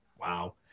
Wow